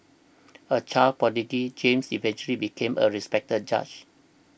a child prodigy James eventually became a respected judge